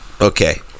Okay